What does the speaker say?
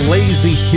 Lazy